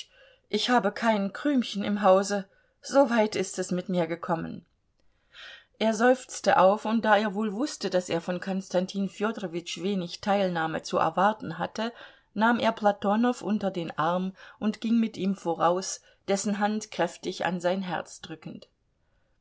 ich habe kein krümchen im hause so weit ist es mit mir gekommen er seufzte auf und da er wohl wußte daß er von konstantin fjodorowitsch wenig teilnahme zu erwarten hatte nahm er platonow unter den arm und ging mit ihm voraus dessen hand kräftig an sein herz drückend